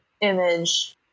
image